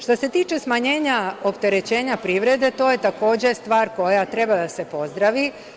Što se tiče smanjenja opterećenja privrede, to je, takođe, stvar koja treba da se pozdravi.